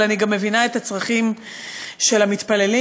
אבל אני מבינה את הצרכים של המתפללים.